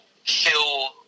feel